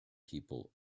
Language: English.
people